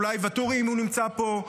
אולי ואטורי, אם הוא נמצא פה?